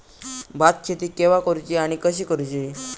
भात शेती केवा करूची आणि कशी करुची?